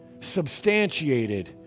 substantiated